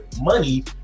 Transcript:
money